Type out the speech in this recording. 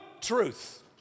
truth